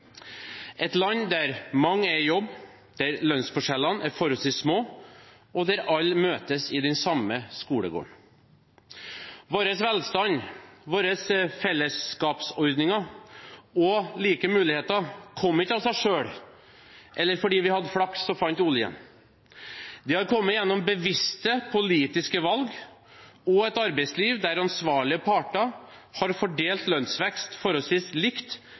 et land der mange er i jobb, der lønnsforskjellene er forholdsvis små, og der alle møtes i samme skolegård. Vår velstand, våre fellesskapsordninger og like muligheter kom ikke av seg selv eller fordi vi hadde flaks og fant oljen. Det har kommet gjennom bevisste politiske valg og et arbeidsliv der ansvarlige parter har fordelt lønnsvekst forholdsvis likt